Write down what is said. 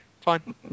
fine